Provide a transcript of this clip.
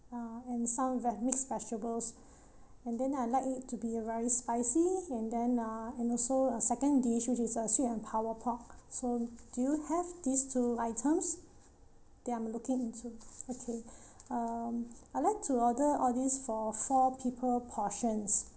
uh and some ve~ mixed vegetables and then I'd like it to be a very spicy and then uh and also a second dish which is a sweet and sour pork so do you have these two items that I'm looking into okay um I'd like to order all these for four people portions